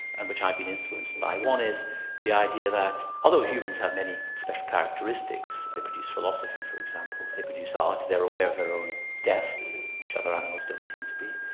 and which i've been influenced by. one is the idea that although humans have many special characteristics, they produce philosophy for example, they produce ah ah art, they're aware of their own death which other animals don't seem to be,